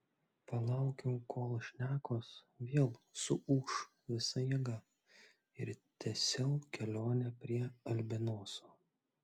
palaukiau kol šnekos vėl suūš visa jėga ir tęsiau kelionę prie albinoso